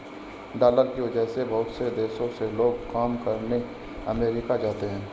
dollar की वजह से बहुत से देशों से लोग काम करने अमरीका जाते हैं